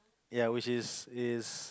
ya which is is